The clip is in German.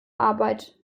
arbeit